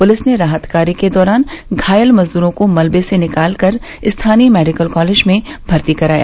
police ने राहत कार्य के दौरान घायल मजदूरों को मलबे से बाहर निकाल कर स्थानीय मेडिकल कॉलेज में भर्ती कराया